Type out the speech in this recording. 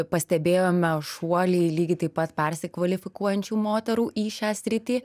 pastebėjome šuoliai lygiai taip pat persikvalifikuojančių moterų į šią sritį